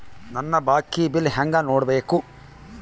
ನನ್ನ ಬಾಕಿ ಬಿಲ್ ಹೆಂಗ ನೋಡ್ಬೇಕು?